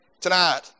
tonight